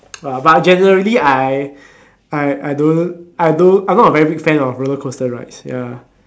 but generally I I I don't I don't I not a very big fan of roller coaster rides ya